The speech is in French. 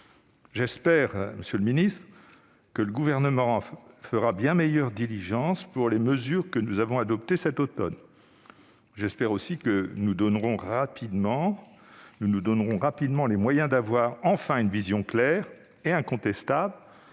le voeu, monsieur le ministre délégué, que le Gouvernement se montre bien plus diligent pour les mesures que nous avons adoptées cet automne. J'espère aussi que nous nous donnerons rapidement les moyens d'avoir enfin une vision claire et incontestable